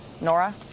Nora